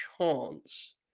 chance